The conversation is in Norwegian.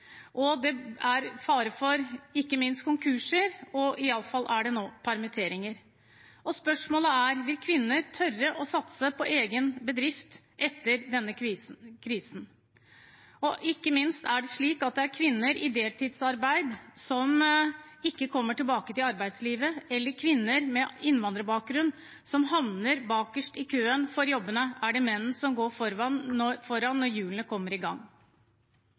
er det fare for konkurser, i alle fall er det nå permitteringer. Spørsmålet er: Vil kvinner tørre å satse på egen bedrift etter denne krisen? Og ikke minst: Er det slik at det er kvinner i deltidsarbeid som ikke kommer tilbake til arbeidslivet, eller kvinner med innvandrerbakgrunn som havner bakerst i jobbkøene? Er det menn som går foran når hjulene kommer i gang?